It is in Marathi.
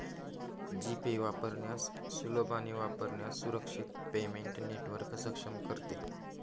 जी पे वापरण्यास सुलभ आणि वापरण्यास सुरक्षित पेमेंट नेटवर्क सक्षम करते